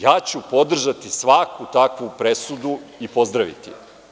Ja ću podržati svaku takvu presudu i pozdraviti je.